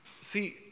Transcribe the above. See